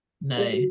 no